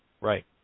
right